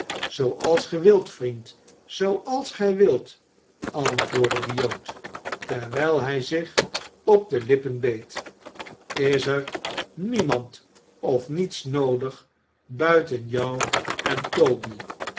gij wilt vriend zooals gij wilt antwoordde de jood terwijl hij zich op de lippen beet is er niemand of niets noodig buiten jou en toby